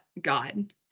God